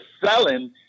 selling